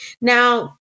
Now